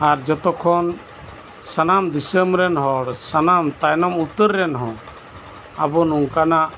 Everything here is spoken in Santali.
ᱟᱨ ᱦᱚᱛᱚ ᱠᱷᱚᱱ ᱥᱟᱱᱟᱢ ᱫᱤᱥᱟᱹᱢ ᱨᱮᱱ ᱦᱚᱲ ᱥᱟᱱᱟᱢ ᱛᱟᱭᱱᱚᱢ ᱩᱛᱟᱹᱨᱮᱱ ᱦᱚᱸ ᱟᱵᱚ ᱱᱚᱝᱠᱟᱱᱟᱜ